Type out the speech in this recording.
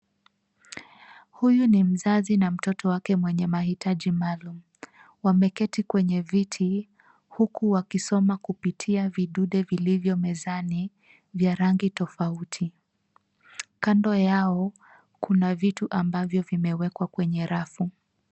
Huyu ni mzazi na mtoto wake mwenye mahitaji maalum. Wameketi kwenye viti huku wakisoma kupitia vidude vilivyo mezani vya rangi tofauti. Kando yao kuna vitu ambavyo vimewekwa kwenye rafu.